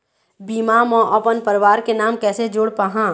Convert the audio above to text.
बीमा म अपन परवार के नाम कैसे जोड़ पाहां?